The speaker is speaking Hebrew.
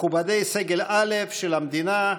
מכובדי סגל א' של המדינה,